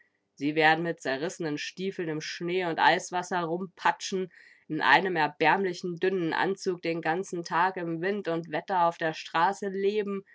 sie werden mit zerrissenen stiefeln im schnee und eiswasser rumpatschen in einem erbärmlichen dünnen anzug den ganzen tag in wind und wetter auf der straße leben